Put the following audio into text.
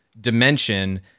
dimension